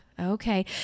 Okay